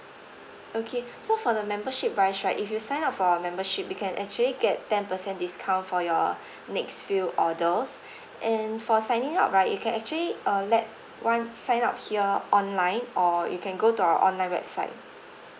okay so for the membership wise right if you sign up for our membership we can actually get ten percent discount for your next filled orders and for signing you up right you can actually uh let want sign up here online or you can go to our online website